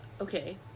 okay